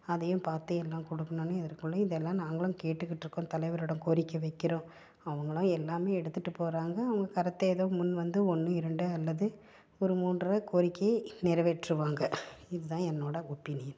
அதையும் பார்த்து எல்லாம் கொடுக்குணுன்னு இருக்கக்குள்ள இதெல்லாம் நாங்களும் கேட்டுக்கிட்டுருக்கோம் தலைவர்களிடம் கோரிக்கை வைக்கிறோம் அவங்களும் எல்லாம் எடுத்துட்டு போகிறாங்க அவங்க கருத்தை எதோ முன் வந்து ஒன்று இரண்டு அல்லது ஒரு மூன்று கோரிக்கையை நிறைவேற்றுவாங்க இதுதான் என்னோடய ஒப்பினியன்